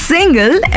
Single